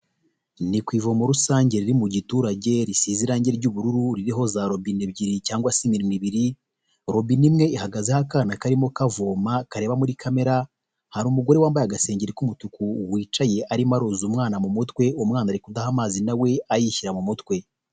Ni ku ivomo rusange riri mu giturage risize irangi ry'ubururu, ririho za robine ebyiri cyangwa se imirimo ibiri, robine imwe ihagazeho akana karimo kavoma kareba muri kamera, hari umugore wambaye agasengenge k'umutuku wicaye arimo aruza umwana mu mutwe, umwana aridaha amazi nawe ayishyira mu mutwe.